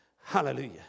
Hallelujah